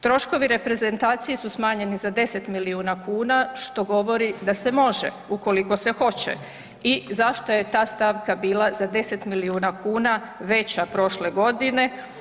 Troškovi reprezentacije su smanjeni za 10 miliona kuna što govori da se može ukoliko se hoće i zašto je ta stavka bila za 10 miliona kuna veća prošle godine.